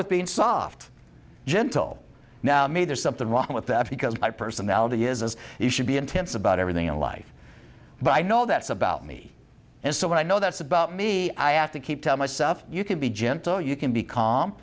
with being soft gentle now me there's something wrong with that because my personality is as you should be intense about everything in life but i know that's about me and so when i know that's about me i have to keep to myself you can be gentle you can be calm